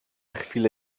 chwilę